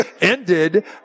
ended